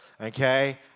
Okay